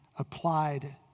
applied